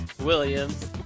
Williams